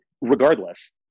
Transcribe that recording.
regardless